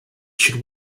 should